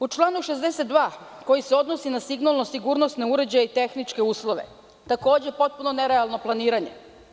U članu 62. koji se odnosi na signalno sigurnosni uređaj i tehničke uslove, takođe potpuno nerealno planiranje.